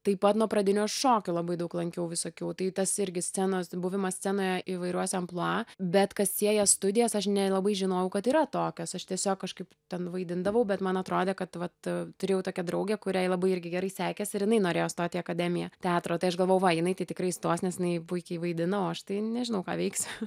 taip pat nuo pradinių aš šokių labai daug lankiau visokių tai tas irgi scenos buvimas scenoje įvairiuose amplua bet kas sieja studijas aš nelabai žinojau kad yra tokios aš tiesiog kažkaip ten vaidindavau bet man atrodė kad vat turėjau tokią draugę kuriai labai irgi gerai sekėsi ir jinai norėjo stoti į akademiją teatro tai aš galvojau va jinai tai tikrai įstos nes jinai puikiai vaidina o aš tai nežinau ką veiksiu